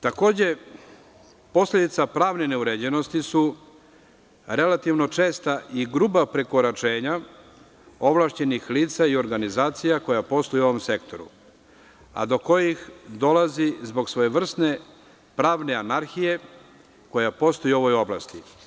Takođe posledice pravne neuređenosti su relativno česta i gruba prekoračenja ovlašćenih lica i organizacija koje posluju u ovom sektoru, a do kojih dolazi zbog svojevrsne pravne anarhije koja postoji u ovoj oblasti.